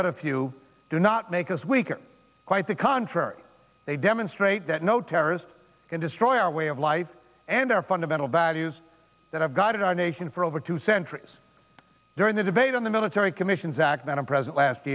but if you do not make us weaker quite the contrary they demonstrate that no terrorist can destroy our way of life and our fundamental values that have guided our nation for over two centuries during the debate on the military commissions act that i present last